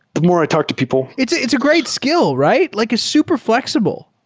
the more i talk to people it's it's a great skill, right? like it's super flexible.